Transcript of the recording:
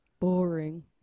Boring